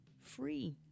free